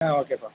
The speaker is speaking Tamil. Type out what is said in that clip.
ஆ ஓகேப்பா